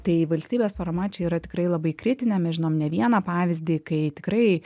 tai valstybės parama čia yra tikrai labai kritinė mes žinom ne vieną pavyzdį kai tikrai